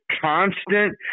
constant